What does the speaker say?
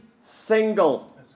single